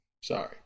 sorry